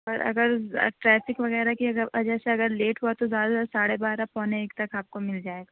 اور اگر ٹریفک وغیرہ کی وجہ سے اگر لیٹ ہوا تو زیادہ سے زیادہ ساڑھے بارہ پونے ایک تک آپ کو مل جائے گا